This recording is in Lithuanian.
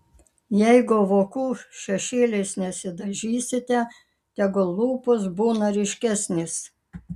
jeigu vokų šešėliais nesidažysite tegul lūpos būna ryškesnės